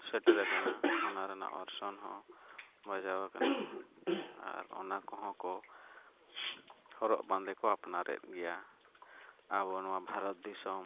ᱥᱮᱴᱮᱨ ᱟᱠᱟᱱᱟ ᱚᱱᱟ ᱨᱮᱱᱟᱜ ᱚᱨᱥᱚᱝ ᱦᱚᱸ ᱵᱟᱡᱟᱣ ᱟᱠᱟᱱᱟ ᱟᱨ ᱚᱱᱟ ᱠᱚᱦᱚᱸ ᱠᱚ ᱦᱚᱨᱚᱜᱼᱵᱟᱸᱫᱮ ᱠᱚ ᱟᱯᱱᱟᱨᱮᱫ ᱜᱮᱭᱟ ᱟᱵᱚ ᱱᱚᱣᱟ ᱵᱷᱟᱨᱚᱛ ᱫᱤᱥᱚᱢ